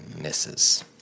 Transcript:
Misses